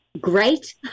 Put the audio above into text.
great